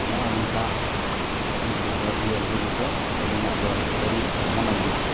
ᱱᱚᱜᱼᱚᱭ ᱱᱚᱝᱠᱟ ᱱᱩᱠᱩ ᱠᱚ ᱤᱭᱟᱹᱭ ᱞᱟᱹᱜᱤᱫ ᱫᱚ ᱟᱹᱞᱤᱧᱟᱜ ᱫᱚ ᱟᱹᱰᱤ ᱢᱚᱱᱮ ᱢᱮᱱᱟᱜᱼᱟ